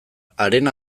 haren